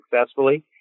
successfully